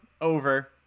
over